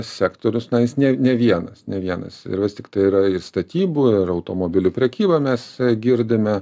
sektorius na jis ne ne vienas ne vienas ir vis tiktai yra ir statybų ir automobilių prekyba mes girdime